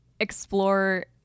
explore